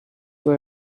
for